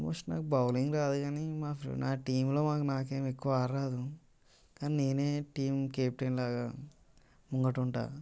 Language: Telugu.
ఆల్మోస్ట్ నాకు బౌలింగ్ రాదు కానీ మా ఫ్రెం నా టీంలో నాకు ఎక్కువ ఆట రాదు కానీ నేనే టీం కెప్టైన్ లాగా ముంగట ఉంటాను